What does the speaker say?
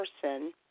person